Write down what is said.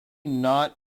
not